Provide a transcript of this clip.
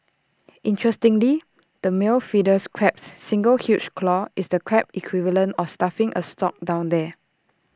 interestingly the male Fiddlers crab's single huge claw is the Crab equivalent of stuffing A stock down there